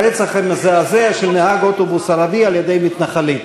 הרצח המזעזע של נהג אוטובוס ערבי על-ידי מתנחלים.